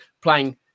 playing